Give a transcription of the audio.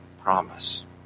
promise